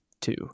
two